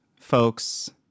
folks